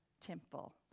temple